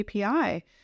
api